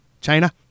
China